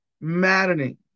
maddening